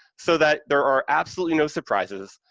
so that there are absolutely no surprises,